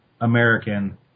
American